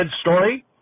story